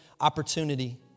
opportunity